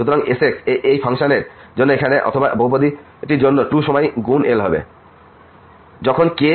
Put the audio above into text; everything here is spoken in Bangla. সুতরাং Snx এই ফাংশনের জন্য এখানে অথবা এই বহুপদীটির জন্য 2 সময় গুণ l হবে